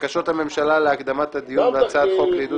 בקשת הממשלה להקדמת הדיון בהצעת חוק לעידוד